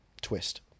Twist